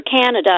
Canada